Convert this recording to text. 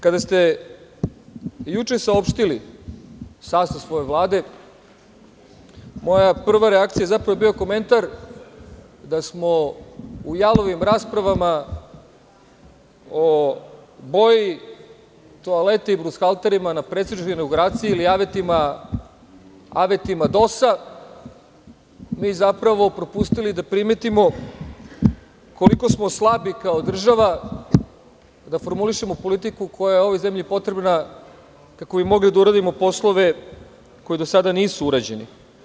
Kada ste juče saopštili sastav svoje Vlade, moja prva reakcija zapravo je bio komentar da smo u jalovim raspravama o boji toalete i brushalterima na predsedničkoj inauguraciji ili avetima DOS propustili da primetimo koliko smo slabi kao država da formulišemo politiku koja je ovoj zemlji potrebna kako bi mogli da uradimo poslove koji do sada nisu urađeni.